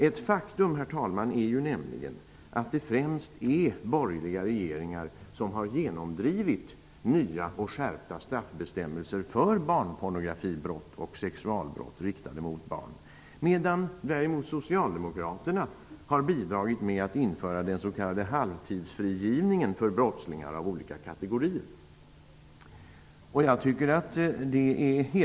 Ett faktum, herr talman, är nämligen att det främst är borgerliga regeringar som har genomdrivit nya och skärpta straffbestämmelser för barnpornografibrott och sexualbrott riktade mot barn, medan Socialdemokraterna däremot har bidragit med att införa den s.k. halvtidsfrigivningen för brottslingar av olika kategorier.